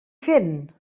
fent